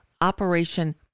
Operation